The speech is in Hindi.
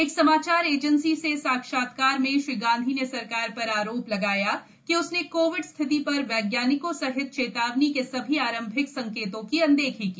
एक समाचार एजेंसी से साक्षात्कार में श्री गांधी ने सरकार पर आरोप लगाया कि उसने कोविड स्थिति पर वैज्ञानिकों सहित चेतावनी के सभी आरंभिक संकेतों की अनदेखी की